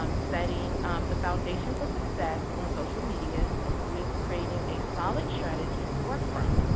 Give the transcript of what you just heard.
um setting the foundation for success on social media means creating a solid strategy to work from.